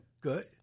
good